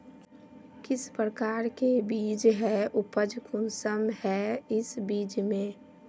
किस प्रकार के बीज है उपज कुंसम है इस बीज में?